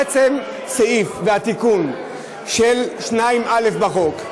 עצם הסעיף והתיקון של 2(א) בחוק,